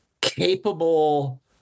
capable